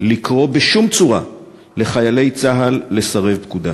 לקרוא בשום צורה לחיילי צה"ל לסרב פקודה.